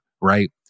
right